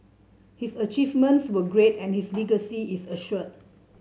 his achievements were great and his legacy is assured